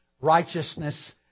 righteousness